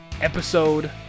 episode